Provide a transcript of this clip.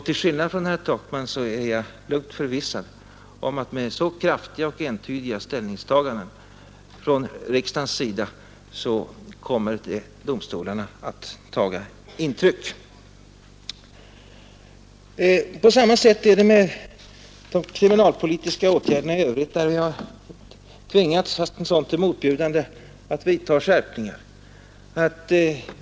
Till skillnad från herr Takman är jag förvissad om att domstolarna kommer att ta intryck av sådana kraftiga och entydiga ställningstaganden från riksdagen. På samma sätt är det med de kriminalpolitiska åtgärderna i övrigt. Vi har där tvingats att — fastän det är motbjudande — vidta skärpningar.